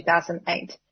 2008